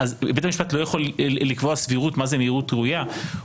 בית המשפט לא יכול לקבוע סבירות מה זה מהירות ראויה?